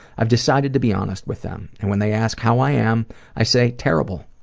i've decided to be honest with them and when they ask how i am i say terrible,